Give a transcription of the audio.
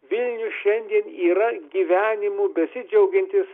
vilnius šiandien yra gyvenimu besidžiaugiantis